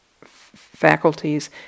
faculties